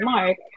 Mark